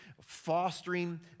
fostering